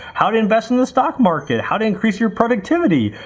how to invest in the stock market, how to increase your productivity,